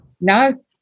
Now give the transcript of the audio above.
No